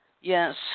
Yes